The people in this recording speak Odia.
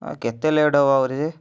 ହଁ କେତେ ଲେଟ୍ ହବ ଆହୁରି ଯେ